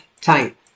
time